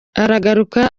aragaruka